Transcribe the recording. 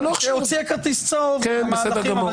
הוציאה כרטיס צהוב למהלכים,